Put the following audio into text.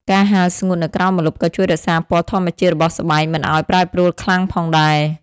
ការហាលស្ងួតនៅក្រោមម្លប់ក៏ជួយរក្សាពណ៌ធម្មជាតិរបស់ស្បែកមិនឱ្យប្រែប្រួលខ្លាំងផងដែរ។